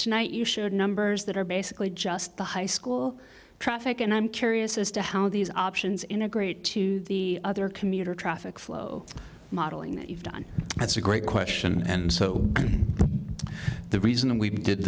tonight you showed numbers that are basically just the high school traffic and i'm curious as to how these options integrate to the other commuter traffic flow modeling don that's a great question and so the reason we did